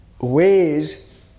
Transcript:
ways